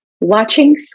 watching